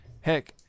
heck